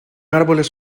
árboles